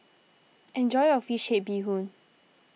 enjoy your Fish Head Bee Hoon